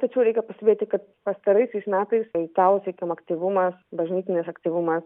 tačiau reikia pastebėti kad pastaraisiais metais italų sakykim aktyvumas bažnytinis aktyvumas